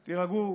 תירגעו.